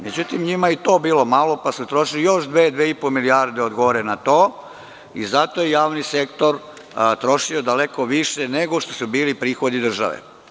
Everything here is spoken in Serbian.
Međutim, njima je i to bilo malo pa su trošili još dve, dve i po milijarde i zato je javni sektor trošio daleko više nego što su bili prihodi države.